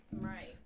Right